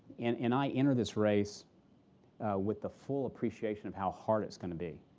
and and i enter this race with the full appreciation of how hard it's going to be.